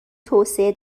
توسعه